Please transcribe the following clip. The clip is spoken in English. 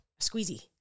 squeezy